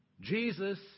Jesus